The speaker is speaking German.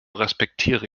respektiere